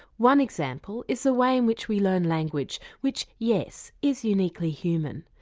one example is the way in which we learn language which yes, is uniquely human.